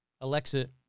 Alexa